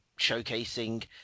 showcasing